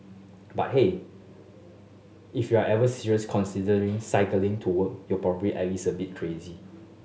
but hey if you're ever serious considering cycling to work you're probably at least a bit crazy